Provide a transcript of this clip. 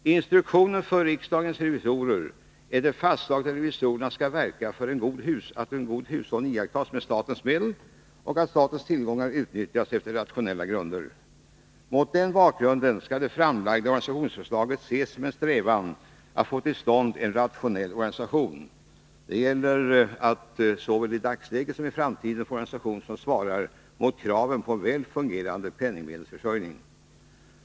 I instruktionen för riksdagens revisorer är det fastslaget att revisorerna skall verka för att en god hushållning iakttas med statens medel och att statens tillgångar utnyttjas efter rationella grunder. Mot den bakgrunden skall det framlagda organisationsförslaget ses som en strävan att få till stånd en rationell organisation. Det gäller att såväl i dagsläget som i framtiden få en organisation som svarar mot kraven på en väl fungerande penningmedelsförsörjning.